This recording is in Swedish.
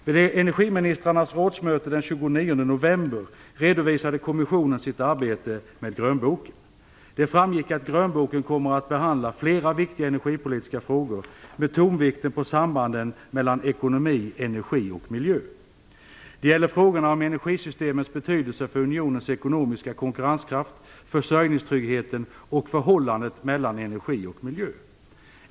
Vid energiministrarnas rådsmöte den 29 november redovisade kommissionen sitt arbete med grönboken. Det framgick att grönboken kommer att behandla flera viktiga energipolitiska frågor med tonvikt på sambanden mellan ekonomi, energi och miljö. Det gäller frågorna om energisystemets betydelse för unionens ekonomiska konkurrenskraft, försörjningstryggheten och förhållandet mellan energi och miljö.